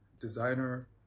designer